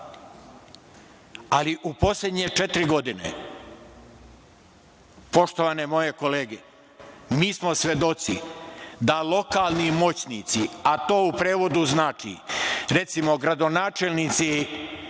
Ali, u poslednje četiri godine, poštovane moje kolege, mi smo svedoci da lokalni moćnici, a to u prevodu znači, recimo, gradonačelnici